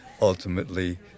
ultimately